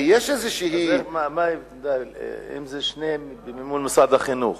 אם שניהם במימון משרד החינוך,